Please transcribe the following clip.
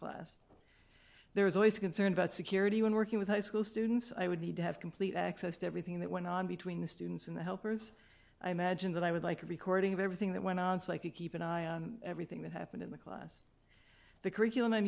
class there is always a concern about security when working with high school students i would need to have complete access to everything that went on between the students and the helpers i imagine that i would like a recording of everything that went on so i could keep an eye on everything that happened in the class the curriculum i'm